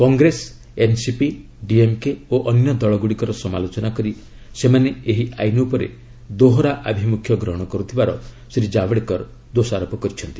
Congress NCP DMK ଓ ଅନ୍ୟ ଦଳଗୁଡ଼ିକର ସମାଲୋଚନା କରି ସେମାନେ ଏହି ଆଇନ୍ ଉପରେ ଦୋହରା ଆଭିମୁଖ୍ୟ ଗ୍ରହଣ କରୁଥିବାର ଶ୍ରୀ ଜାବଡେକର କହିଛନ୍ତି